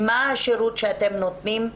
מה השירות שאתם נותנים?